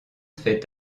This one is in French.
fait